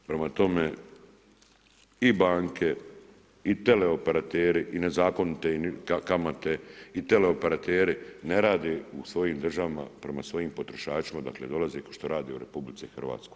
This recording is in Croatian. Prema tome i banke i teleoperateri i nezakonite kamare i teleoperateri ne rade u svojim državama, prema svojim potrošačima odakle dolaze pošto rade u RH.